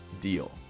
deal